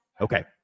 Okay